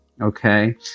okay